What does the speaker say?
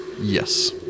Yes